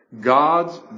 God's